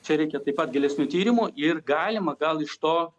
čia reikia taip pat gilesnių tyrimų ir galima gal iš to